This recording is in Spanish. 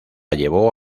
llevó